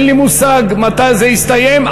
אין לי מושג מתי זה יסתיים.